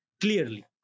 Clearly